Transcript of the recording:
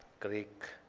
greek,